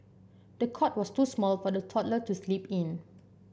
the cot was too small for the toddler to sleep in